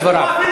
לוגיקה.